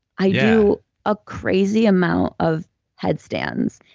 i do a crazy amount of headstands,